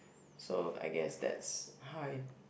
so I guess that's how I